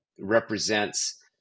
represents